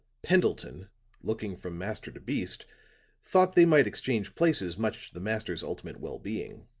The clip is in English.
pendleton looking from master to beast thought they might exchange places much to the master's ultimate well-being.